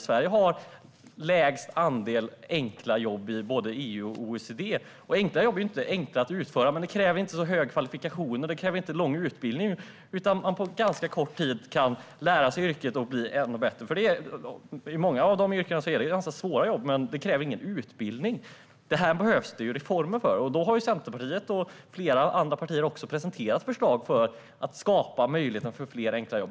Sverige har lägst andel enkla jobb i både EU och OECD. Enkla jobb är inte enkla att utföra, men de kräver inte så höga kvalifikationer och inte lång utbildning. Människor kan på ganska kort tid lära sig yrket och bli ännu bättre. Många av de yrkena är ganska svåra jobb, men de kräver ingen utbildning. Det behövs det reformer för. Centerpartiet och flera andra partier har presenterat förslag för att skapa möjligheter för flera enkla jobb.